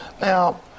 Now